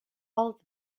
all